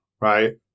right